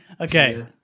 Okay